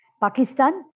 Pakistan